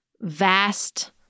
vast